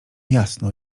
jasno